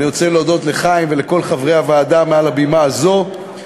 אני רוצה להודות לחיים ולכל חברי הוועדה מעל הבימה הזאת.